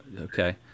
Okay